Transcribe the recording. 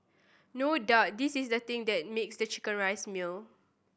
no doubt this is the thing that makes the chicken rice meal